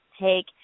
take